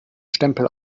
stempel